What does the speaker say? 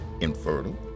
infertile